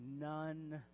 none